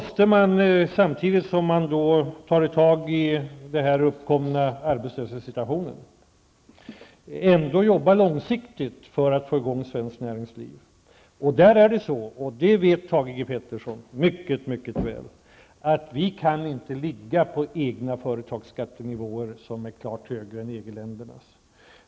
Samtidigt som man tar tag i den uppkomna arbetslöshetssituationen måste man ändå jobba långsiktigt för att få i gång svenskt näringsliv. Thage G Peterson vet mycket väl att vi inte kan ha egna företagsskattenivåer som är klart högre än EG ländernas.